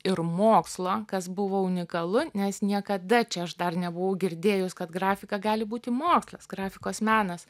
ir mokslo kas buvo unikalu nes niekada čia aš dar nebuvau girdėjus kad grafika gali būti mokslas grafikos menas